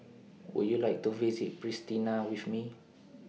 Would YOU like to visit Pristina with Me